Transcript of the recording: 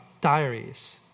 diaries